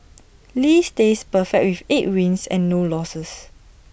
lee stays perfect with eight wins and no losses